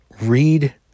read